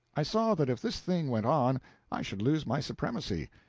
i saw that if this thing went on i should lose my supremacy,